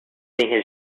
getting